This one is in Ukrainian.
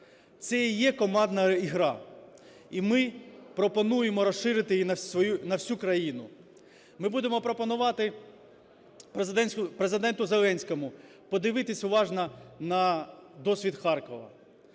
Це і є командна гра. І ми пропонуємо розширити її на всю країну. Ми будемо пропонувати Президенту Зеленському подивитись уважно на досвід Харкова,